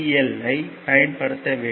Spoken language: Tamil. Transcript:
எல் ஐ பயன்படுத்த வேண்டும்